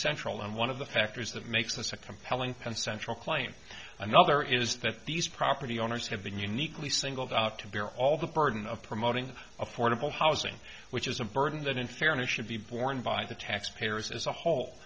central and one of the factors that makes this a compelling and central claim another is that these property owners have been uniquely singled out to bear all the burden of promoting affordable housing which is a burden that in fairness should be borne by the taxpayers as a whole